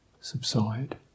subside